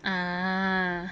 ah